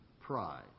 pride